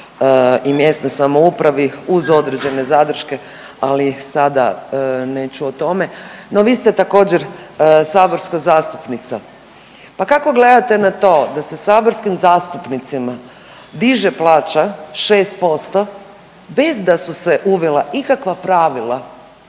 i mjesnoj samoupravi uz određene zadrške, ali sada neću o tome. No vi ste također saborska zastupnica, pa kako gledate na to da se saborskim zastupnicima diže plaća 6% bez da su se uvela ikakva pravila